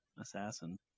assassin